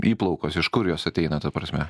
įplaukos iš kur jos ateina ta prasme